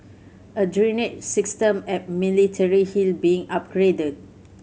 a drainage system at Military Hill being upgraded